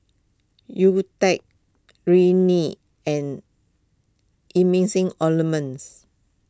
Nutren Rene and Emulsying Ointments